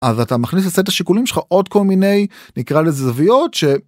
אז אתה מכניס לסט השיקולים שלך עוד כל מיני נקרא לזה זוויות ש.